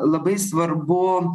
labai svarbu